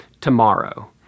tomorrow